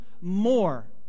more